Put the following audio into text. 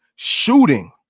shooting